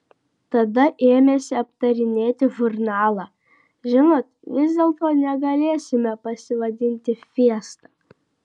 tada ėmėsi aptarinėti žurnalą žinot vis dėlto negalėsime pasivadinti fiesta